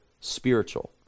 spiritual